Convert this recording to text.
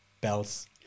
bells